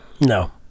No